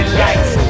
lights